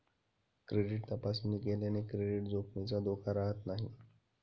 credit तपासणी केल्याने credit जोखमीचा धोका राहत नाही